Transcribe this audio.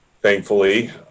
Thankfully